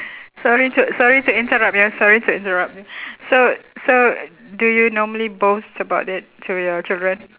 sorry to sorry to interrupt you ah sorry to interrupt you so so do you normally boast about it to your children